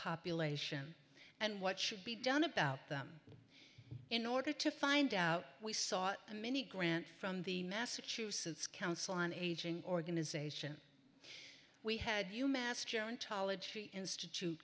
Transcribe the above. population and what should be done about them in order to find out we saw a mini grant from the massachusetts council an aging organization we had you mass gerontology institute